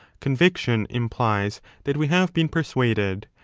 conviction implies that we have been persuaded,